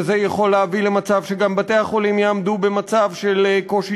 וזה יכול להביא למצב שגם בתי-החולים יעמדו במצב של קושי